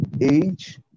age